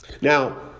Now